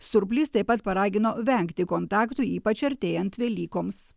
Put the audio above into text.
surplys taip pat paragino vengti kontaktų ypač artėjant velykoms